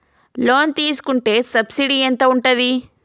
Loan తీసుకుంటే subsidy ఎంత ఉంటది?